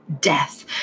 death